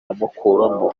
akuramo